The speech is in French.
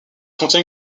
contient